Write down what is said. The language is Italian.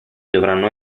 dovranno